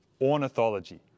ornithology